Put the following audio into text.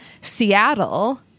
Seattle